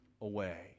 away